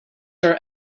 are